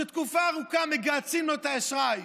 שתקופה ארוכה מגהצים לו את האשראי.